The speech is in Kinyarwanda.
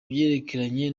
byerekeranye